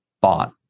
bought